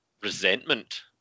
resentment